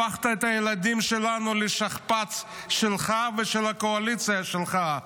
הפכת את הילדים שלנו לשכפ"ץ שלך ושל הקואליציה שלך.